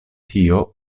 tio